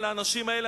על האנשים האלה,